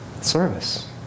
service